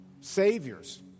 saviors